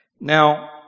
Now